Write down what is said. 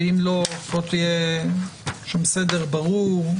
ואם לא שיהיה שם סדר ברור.